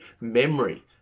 memory